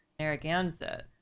Narragansett